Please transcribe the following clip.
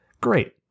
Great